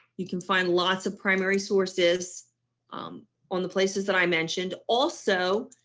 you can find lots of primary sources on the places that i mentioned also.